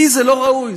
לי זה לא ראוי,